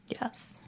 Yes